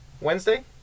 Wednesday